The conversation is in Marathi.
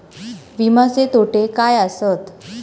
विमाचे तोटे काय आसत?